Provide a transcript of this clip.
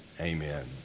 Amen